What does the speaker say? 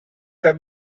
have